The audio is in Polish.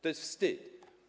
To jest wstyd.